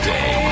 Day